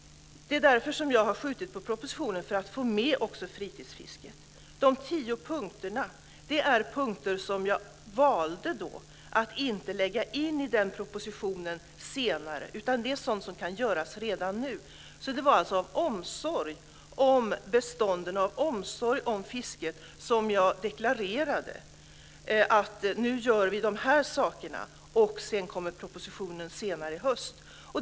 Det är därför som jag har skjutit på propositionen, för att få med också fritidsfisket. De tio punkterna är punkter som jag valde att inte lägga in i den proposition som ska komma senare. Det är sådant som kan göras redan nu. Det var alltså av omsorg om bestånden och av omsorg om fisket som jag deklarerade att vi nu gör de här sakerna. Propositionen kommer senare i höst.